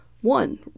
one